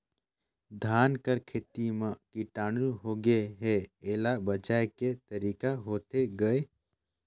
धान कर खेती म कीटाणु होगे हे एला बचाय के तरीका होथे गए?